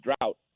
drought